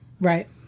Right